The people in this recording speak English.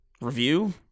review